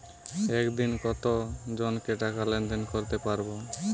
একদিন কত জনকে টাকা লেনদেন করতে পারবো?